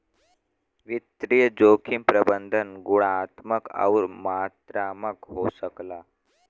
वित्तीय जोखिम प्रबंधन गुणात्मक आउर मात्रात्मक हो सकला